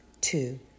Two